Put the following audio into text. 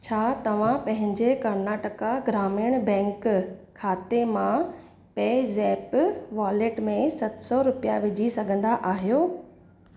छा तव्हां पहिंजे कर्नाटका ग्रामीण बैंक खाते मां पेज़ेप्प वॉलेट में सत सौ रुपिया विझी सघंदा आहियो